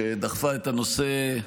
שדחפה את הנושא,